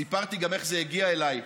סיפרתי גם איך זה הגיע אליי,